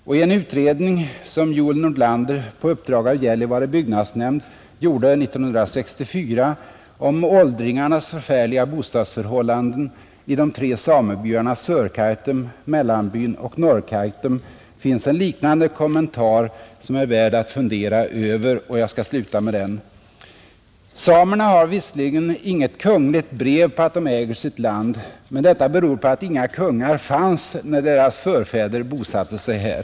Och i en utredning som Joel Nordlander på uppdrag av Gällivare byggnadsnämnd gjorde 1964 om åldringarnas förfärliga bostadsförhållanden i de tre samebyarna Sörkaitum, Mellanbyn och Norrkaitum finns en liknande kommentar, som är värd att fundera över. Jag skall sluta med den: ”Samerna har visserligen inget kungligt brev på att de äger sitt land, men detta beror på att inga kungar fanns när deras förfäder bosatte sig här.”